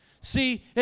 See